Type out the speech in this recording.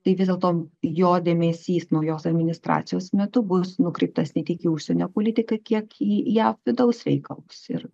tai vis dėlto jo dėmesys naujos administracijos metu bus nukreiptas ne tik į užsienio politiką kiek į jav vidaus reikalus ir